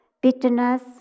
bitterness